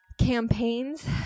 campaigns